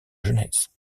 jeunesse